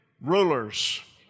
rulers